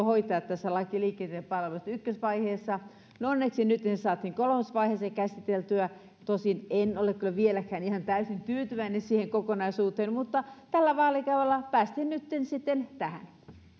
hoitaa lain liikenteen palveluista ykkösvaiheessa no onneksi nytten se saatiin kolmosvaiheeseen käsiteltyä tosin en ole kyllä vieläkään ihan täysin tyytyväinen siihen kokonaisuuteen mutta tällä vaalikaudella päästiin nytten tähän